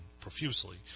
profusely